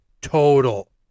Total